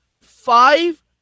five